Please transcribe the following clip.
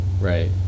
Right